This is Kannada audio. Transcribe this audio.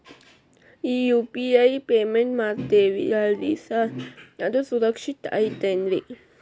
ಈ ಯು.ಪಿ.ಐ ಪೇಮೆಂಟ್ ಮಾಡ್ತೇವಿ ಅಲ್ರಿ ಸಾರ್ ಅದು ಸುರಕ್ಷಿತ್ ಐತ್ ಏನ್ರಿ?